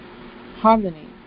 Harmony